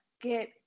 get